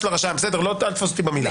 אלא בתוספת "אישור שזה הוגש לרשם",